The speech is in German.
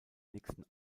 nächsten